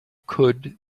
could